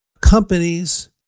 companies